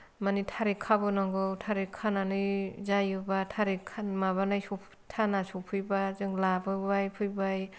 माने थारिख खाबोनांगौ थारिख खानानै जायोबा थारिख माबानाय थाना सफैबा जों लाबोबाय फैबाय